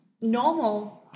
normal